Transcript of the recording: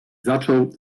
zaczął